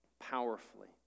powerfully